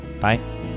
Bye